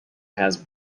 has